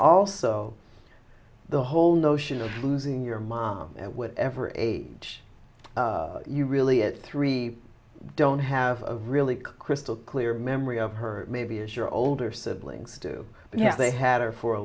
also the whole notion of losing your mom at whatever age you really at three don't have a really crystal clear memory of her maybe as your older siblings do but if they had her for a